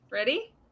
ready